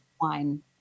Wine